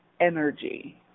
energy